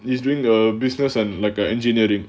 he's doing the business and like uh engineering